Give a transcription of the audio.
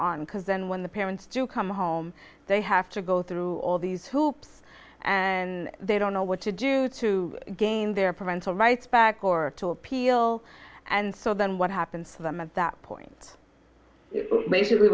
on because then when the parents do come home they have to go through all these hoops and they don't know what to do to gain their parental rights back or to appeal and so then what happens to them at that point